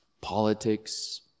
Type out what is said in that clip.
Politics